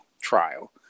trial